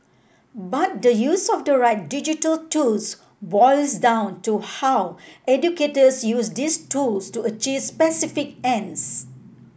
but the use of the right digital tools boils down to how educators use these tools to achieve specific ends